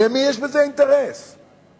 למי יש אינטרס בזה?